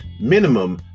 minimum